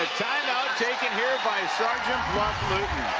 time-out taken here by sergeant bluff-luton.